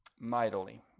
mightily